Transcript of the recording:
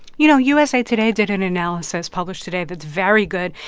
you know, usa today did an analysis published today that's very good.